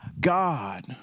God